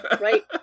Right